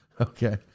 Okay